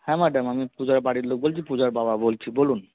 হ্যাঁ ম্যাডাম আমি পূজার বাড়ির লোক বলছি পূজার বাবা বলছি বলুন